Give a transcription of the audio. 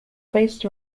based